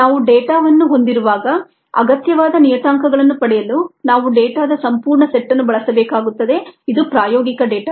ನಾವು ಡೇಟಾವನ್ನು ಹೊಂದಿರುವಾಗ ಅಗತ್ಯವಾದ ನಿಯತಾಂಕಗಳನ್ನು ಪಡೆಯಲು ನಾವು ಡೇಟಾದ ಸಂಪೂರ್ಣ ಸೆಟ್ ಅನ್ನು ಬಳಸಬೇಕಾಗುತ್ತದೆ ಇದು ಪ್ರಾಯೋಗಿಕ ಡೇಟಾ